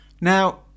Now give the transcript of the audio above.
Now